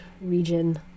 region